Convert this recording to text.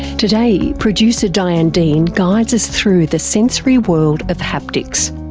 today, producer diane dean guides us through the sensory world of haptics.